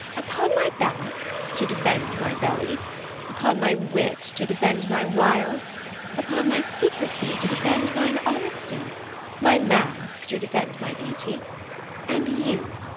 upon my back, to defend my belly upon my wit, to defend my wiles upon my secrecy, to defend mine honesty my mask, to defend my beauty and you,